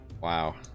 Wow